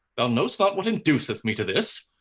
thou know'st not what induceth me to this.